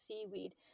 seaweed